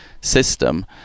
system